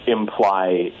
imply